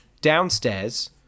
downstairs